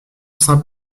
saint